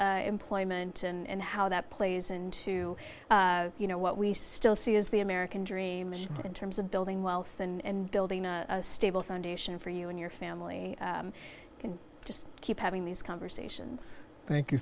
and employment and how that plays into you know what we still see as the american dream in terms of building wealth and building a stable foundation for you and your family and just keep having these conversations thank you